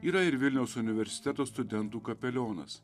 yra ir vilniaus universiteto studentų kapelionas